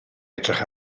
edrych